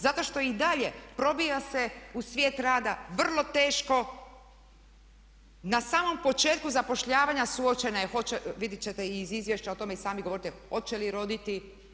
Zato što je i dalje probija se u svijet rada vrlo teško, na samom početku zapošljavanja suočena je, vidjet ćete i iz izvješća o tome i sami govorite, hoće li roditi.